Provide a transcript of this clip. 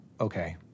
okay